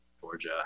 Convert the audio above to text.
Georgia